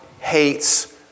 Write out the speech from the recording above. hates